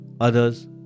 others